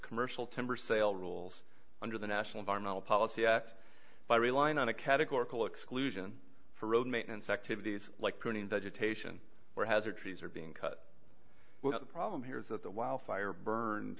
commercial timber sale rules under the national environmental policy act by relying on a categorical exclusion for road maintenance activities like pruning vegetation where hazard trees are being cut the problem here is that the wildfire burn